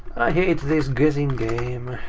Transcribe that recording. hate this guessing game.